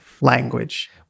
language